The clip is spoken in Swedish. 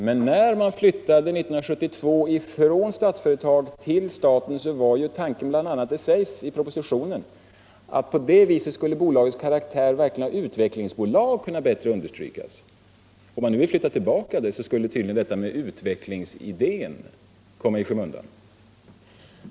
Men när man flyttade bolaget 1972 från Statsföretag till staten var tanken bl.a. — det sägs i propositionen —- att på det viset skulle bolagets karaktär av utvecklingsbolag kunna bättre understrykas. Om man nu vill flytta tillbaka det till Statsföretag, skulle tydligen detta med utvecklingsidén komma i skymundan.